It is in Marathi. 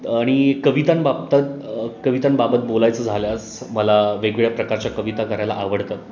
अणि कवितांबाबत कवितांबाबत बोलायचं झाल्यास मला वेगवेगळ्या प्रकारच्या कविता करायला आवडतात